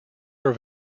are